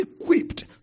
equipped